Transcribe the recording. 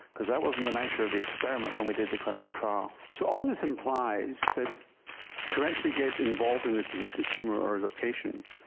because that wasn't the nature of the experiment when we did the clinical trial. so all this implies that to actually get involved in this as a consumer or as a patient,